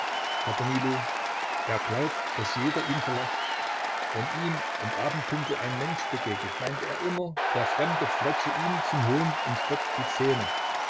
herr danilo er glaubt daß jeder ihn verlacht wenn ihm im abenddunkel ein mensch begegnet meint er immer der fremde fletsche ihm zu hohn und spott die zähne